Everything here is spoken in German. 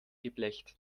geblecht